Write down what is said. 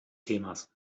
themas